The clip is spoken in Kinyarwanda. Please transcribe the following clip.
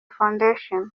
foundation